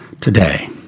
today